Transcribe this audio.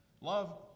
love